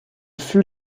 fut